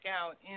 out